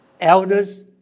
elders